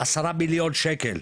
עשרה מיליון שקל.